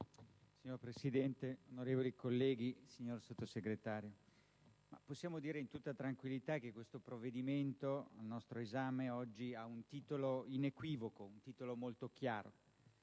Signora Presidente, onorevoli colleghi, signor Sottosegretario, possiamo dire in tutta tranquillità che il provvedimento oggi al nostro esame ha un titolo inequivoco e molto chiaro: